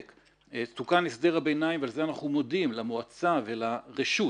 תוקן הסדר הביניים ועל זה אנחנו מודים למועצה ולרשות,